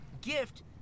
gift